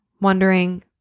wondering